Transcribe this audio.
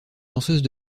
danseuse